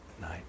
night